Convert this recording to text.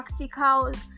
practicals